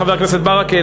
חבר הכנסת ברכה,